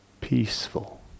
Peaceful